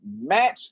match